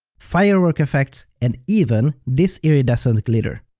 firework effects and even this iridescent glitter.